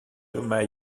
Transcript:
thomas